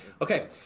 okay